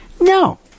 No